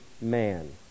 man